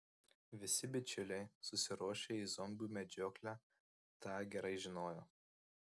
visi bičiuliai susiruošę į zombių medžioklę tą gerai žinojo